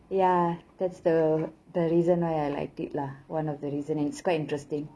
ya that's the the reason why I liked it lah one of the reason it's quite interesting